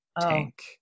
tank